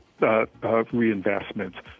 reinvestments